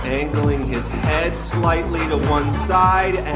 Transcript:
angling his head slightly to one side. and